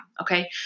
Okay